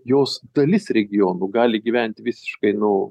jos dalis regionų gali gyventi visiškai nu